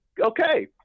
okay